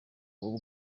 ubu